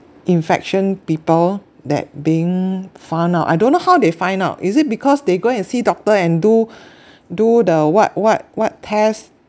infection people that being found out I don't know how they find out is it because they go and see doctor and do do the what what what test